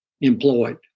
employed